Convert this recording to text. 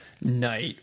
night